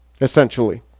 essentially